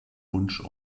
wunsch